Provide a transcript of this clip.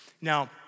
Now